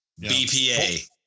BPA